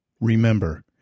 Remember